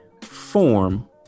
form